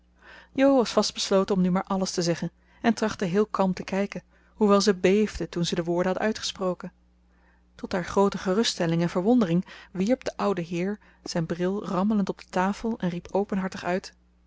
was vast besloten om nu maar alles te zeggen en trachtte heel kalm te kijken hoewel ze beefde toen ze de woorden had uitgesproken tot haar groote geruststelling en verwondering wierp de oude heer zijn bril rammelend op de tafel en riep openhartig uit